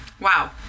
wow